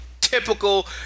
typical